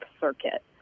Circuit